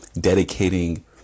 dedicating